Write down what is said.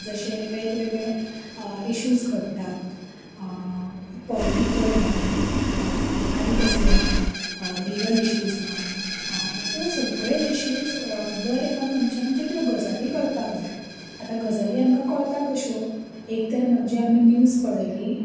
जशें वेगवेगळे इशूज घट्टात पॉलिटिकल म्हण आनी कसले म्हण लीगल इशूज म्हण सो सगळें इशूज दर एका मनशाक म्हणजे त्यो गजाली कळपाक जाय आतां गजाली आमकां कळता कशें एक तर म्हणजे आमी न्यूज पळयली